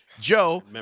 Joe